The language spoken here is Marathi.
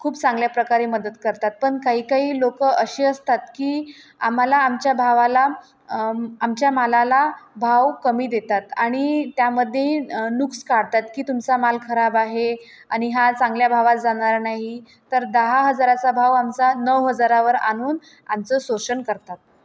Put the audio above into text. खूप चांगल्या प्रकारे मदत करतात पण काही काही लोकं अशी असतात की आम्हाला आमच्या भावाला आमच्या मालाला भाव कमी देतात आणि त्यामध्ये नुक्स काढतात की तुमचा माल खराब आहे आणि हा चांगल्या भावात जाणार नाही तर दहा हजाराचा भाव आमचा नऊ हजारावर आणून आमचं शोषण करतात